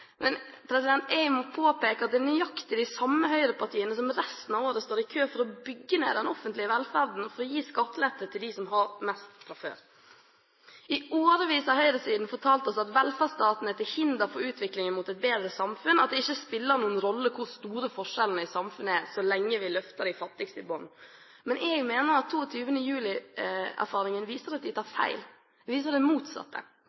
Men jeg må påpeke at det er nøyaktig de samme høyrepartiene som resten av året står i kø for å bygge ned den offentlige velferden og for å gi skattelette til dem som har mest fra før. I årevis har høyresiden fortalt oss at velferdsstaten er til hinder for utviklingen mot et bedre samfunn, at det ikke spiller noen rolle hvor store forskjellene i samfunnet er, så lenge vi løfter de fattigste i bunn. Men jeg mener at 22. juli-erfaringene viser at de tar feil. Det viser det motsatte.